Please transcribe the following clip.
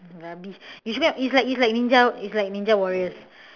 rubbish you should go and is like is like ninja is like ninja warriors